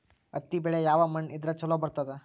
ಹತ್ತಿ ಬೆಳಿ ಯಾವ ಮಣ್ಣ ಇದ್ರ ಛಲೋ ಬರ್ತದ?